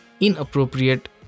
inappropriate